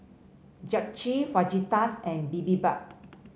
Japchae Fajitas and Bibimbap